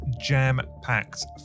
jam-packed